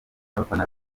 abafana